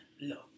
love